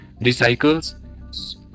recycles